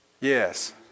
Yes